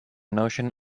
notion